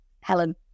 helen